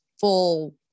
full